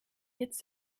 jetzt